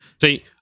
See